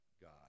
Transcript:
God